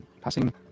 passing